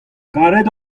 karet